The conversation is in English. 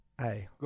Hey